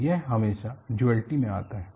तो यह हमेशा डूऐलिटी में आता है